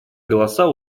голоса